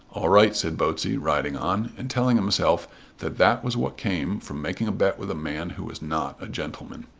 all right, said botsey riding on, and telling himself that that was what came from making a bet with a man who was not a gentleman.